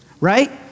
Right